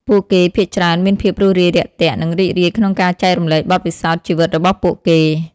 ពួកគេភាគច្រើនមានភាពរួសរាយរាក់ទាក់ និងរីករាយក្នុងការចែករំលែកបទពិសោធន៍ជីវិតរបស់ពួកគេ។